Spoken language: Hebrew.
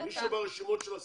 מי שברשימות של הסוכנות.